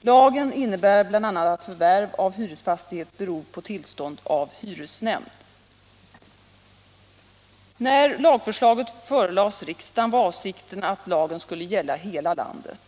Lagen innebär bl.a. att förvärv av hyresfastighet beror på tillstånd av hyresnämnd. När lagförslaget förelades riksdagen var avsikten att lagen skulle gälla hela landet.